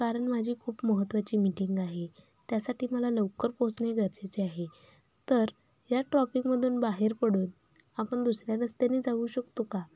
कारण माझी खूप महत्त्वाची मीटिंग आहे त्यासाठी मला लवकर पोचणे गरजेचे आहे तर या ट्रॉपिकमधून बाहेर पडून आपण दुसऱ्या रस्त्याने जाऊ शकतो का